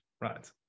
Right